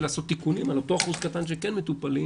לעשות תיקונים על אותו אחוז קטן שכן מטופלים,